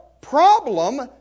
problem